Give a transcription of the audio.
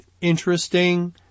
interesting